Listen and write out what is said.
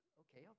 okay